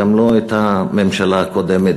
גם לא את הממשלה הקודמת,